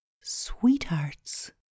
sweethearts